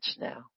now